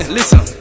Listen